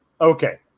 Okay